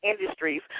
industries